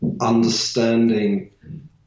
Understanding